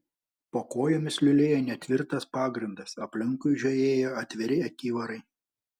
po kojomis liulėjo netvirtas pagrindas aplinkui žiojėjo atviri akivarai